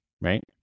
right